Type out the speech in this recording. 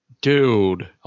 Dude